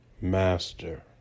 master